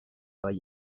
آید